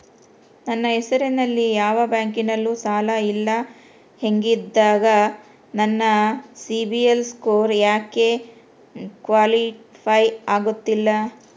ನನ್ನ ಹೆಸರಲ್ಲಿ ಯಾವ ಬ್ಯಾಂಕಿನಲ್ಲೂ ಸಾಲ ಇಲ್ಲ ಹಿಂಗಿದ್ದಾಗ ನನ್ನ ಸಿಬಿಲ್ ಸ್ಕೋರ್ ಯಾಕೆ ಕ್ವಾಲಿಫೈ ಆಗುತ್ತಿಲ್ಲ?